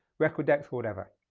record decks or whatever.